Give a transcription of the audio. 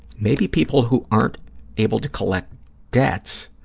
maybe people who aren't able to collect debts